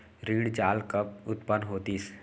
ऋण जाल कब उत्पन्न होतिस?